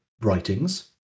writings